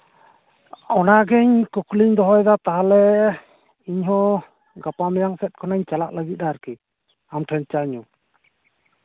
ᱚᱱᱟ ᱜᱤᱧ ᱠᱩᱠᱞᱤᱧ ᱫᱚᱦᱚᱭᱮᱫᱟ ᱛᱟᱦᱞᱮ ᱤᱧ ᱦᱚᱸ ᱜᱟᱯᱟ ᱢᱮᱭᱟᱝ ᱥᱮᱱ ᱠᱷᱚᱱᱤᱧ ᱪᱟᱞᱟᱜ ᱞᱟᱹᱜᱤᱫ ᱟᱨᱠᱤ ᱟᱢᱴᱷᱮᱱ ᱪᱟ ᱧᱩ